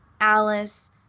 Alice